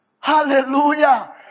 Hallelujah